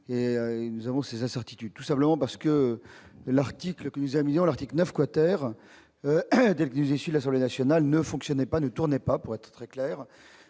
et nous avons ces incertitudes, tout simplement parce que l'article que vous a mis dans l'article 9 quater déguisé si l'Assemblée nationale ne fonctionnait pas, ne tournait pas, pour être très clair,